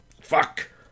Fuck